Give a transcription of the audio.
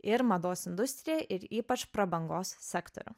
ir mados industriją ir ypač prabangos sektorių